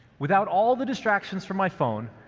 without all the distractions from my phone,